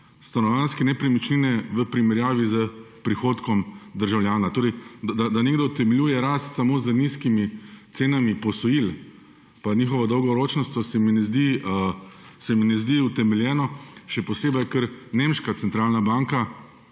stanovanjske nepremičnine v primerjavi s prihodkom državljana. Da nekdo utemeljuje rast samo z nizkimi cenami posojil pa njihovo dolgoročnostjo, se mi ne zdi utemeljeno, še posebej ker Nemška centralna banka